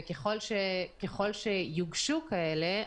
וככל שיוגשו כאלה,